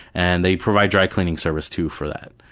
and they provide dry cleaning service too for that.